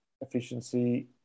efficiency